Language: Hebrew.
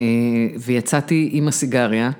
ויצאתי עם הסיגריה.